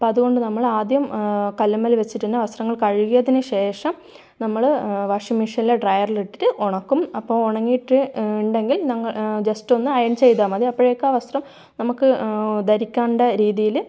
അതുകൊണ്ട് നമ്മൾ ആദ്യം കല്ലിൻ്റെ മേൽ വച്ചിട്ട് തന്നെ വസ്ത്രങ്ങൾ കഴുകിയതിനു ശേഷം നമ്മൾ വാഷിംഗ് മെഷീനിൽ ഡ്രൈയറിൽ ഇട്ടിട്ട് ഉണക്കും അപ്പോൾ ഉണങ്ങിയിട്ട് ഉണ്ടെങ്കിൽ ഞങ്ങൾ ജസ്റ്റ് ഒന്ന് അയൺ ചെയ്താൽ മതി അപ്പോഴേക്കും ആ വസ്ത്രം നമുക്ക് ധരിക്കേണ്ട രീതിയിൽ